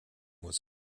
was